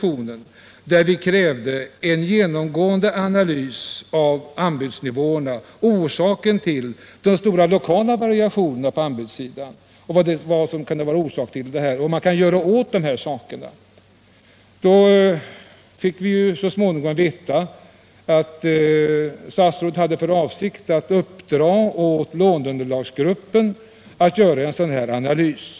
Vi krävde i motionen en genomgående analys av anbudsnivåerna och av de stora lokala variationerna på anbudsområdet samt förslag till åtgärder för att komma till rätta med förhållandena. Vi fick så småningom veta att statsrådet hade för avsikt att uppdra åt låneunderlagsgruppen att göra en sådan analys.